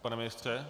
Pane ministře?